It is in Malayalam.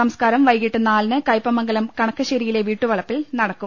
സംസ്കാർം വൈകിട്ട് നാലിന് കയ്പമംഗലം കണക്ക ശ്ശേരിയിലെ വീട്ടുപ്പളപ്പിൽ നടക്കും